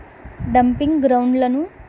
dumping గ్రౌండ్లను